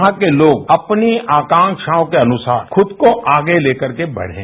यहां के लोग अपनी आकक्षाओं के अनुसार खुद को आगे लेकर बढ़े